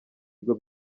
bigo